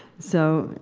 so,